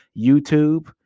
youtube